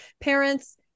parents